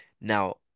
Now